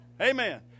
Amen